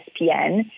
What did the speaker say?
ESPN